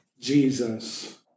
Jesus